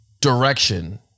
direction